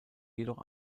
jedoch